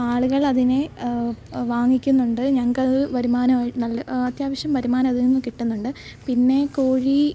ആളുകളതിനെ വാങ്ങിക്കുന്നുണ്ട് ഞങ്ങൾക്കത് വരുമാനം നല്ല അത്യാവശ്യം വരുമാനം അതിൽ നിന്നു കിട്ടുന്നത് പിന്നെ കോഴി